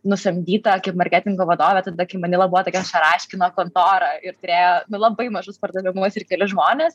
nusamdyta kaip marketingo vadovė tada kai manila buvo tokia šaraškino kontora ir turėjo nu labai mažus pardavimus ir keli žmonės